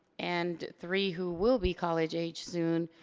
and three who will be college age soon.